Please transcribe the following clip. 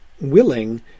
willing